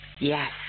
Yes